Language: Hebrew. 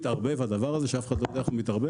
מתערבב הדבר הזה שאף אחד לא יודע איך הוא מתערבב